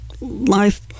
life